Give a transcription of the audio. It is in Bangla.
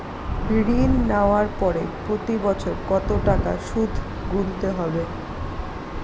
ঋণ নেওয়ার পরে প্রতি বছর কত টাকা সুদ গুনতে হবে?